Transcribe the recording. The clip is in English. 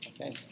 okay